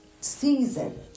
season